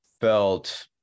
felt